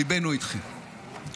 ליבנו איתכם.